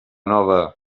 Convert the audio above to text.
nova